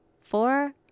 Four